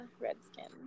Redskins